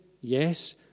Yes